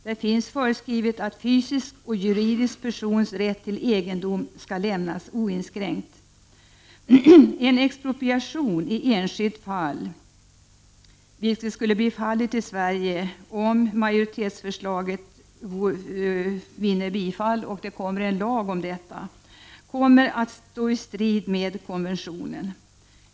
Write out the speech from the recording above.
Där finns föreskrivet att fysisk och juridisk persons rätt till egendom skall lämnas oinskränkt. En expropriation i enskilt fall, vilket skulle bli fallet i Sverige om majoritetsförslaget vinner bifall och det kommer en lag om detta, kommer att stå i strid med konventionen.